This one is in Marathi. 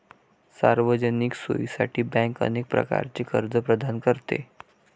सार्वजनिक सोयीसाठी बँक अनेक प्रकारचे कर्ज प्रदान करते